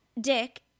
Dick